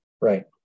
Right